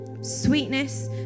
sweetness